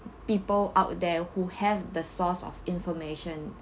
people out there who have the source of information